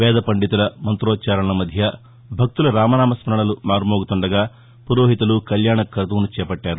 వేదపండితుల మంతోచ్చారణల మధ్య భక్తుల రామనామ స్మరణలు మార్నోగుతుండగా పురోహితులు కల్యాణ క్రతువును చేపట్టారు